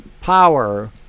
power